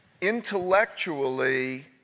Intellectually